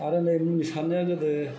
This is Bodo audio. आरो नै मुलि सारनाया गोदो